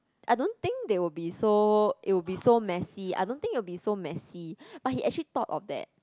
I don't think they will be so it will be so messy I don't think will be so messy but he actually thought of that